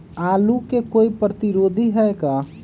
आलू के कोई प्रतिरोधी है का?